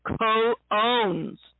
co-owns